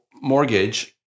mortgage